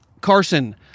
Carson